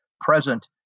present